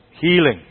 healing